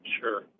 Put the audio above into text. Sure